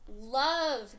love